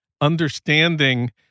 understanding